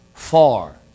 Far